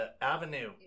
avenue